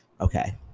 okay